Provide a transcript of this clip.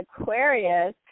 Aquarius